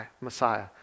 Messiah